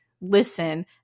listen